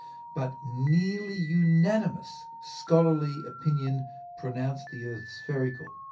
but nearly unanimous scholarly opinion pronounced the earth spherical,